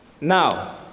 now